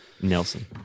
Nelson